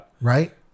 Right